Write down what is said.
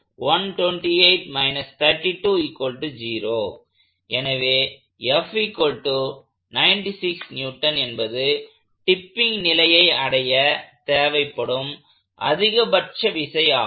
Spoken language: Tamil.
எனவே என்பது டிப்பிங் நிலையை அடைய தேவைப்படும் அதிகபட்ச விசை ஆகும்